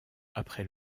après